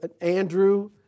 Andrew